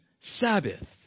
Sabbath